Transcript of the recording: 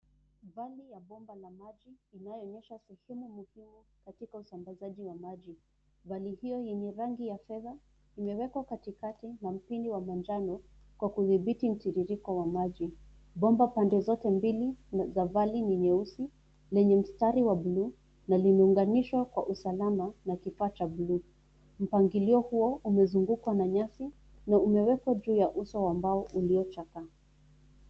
Vali ya bomba la maji inayoonyesha sehemu muhimu katika usambazaji wa maji, Vali hiyo yenye rangi ya fedha imewekwa katikati na mpindi wa manjano kwa kudhibiti mtiririko wa maji ,bomba pande zote mbili za vali ni nyeusi lenye mstari wa buluu na limeunganishwa kwa usalama na kifaa cha buluu ,mpangilio huo umezungukwa na nyasi na umewekwa juu ya uso ambao uliochakaa.